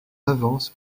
avance